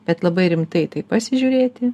bet labai rimtai į tai pasižiūrėti